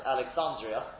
Alexandria